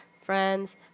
friends